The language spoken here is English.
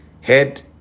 head